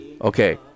okay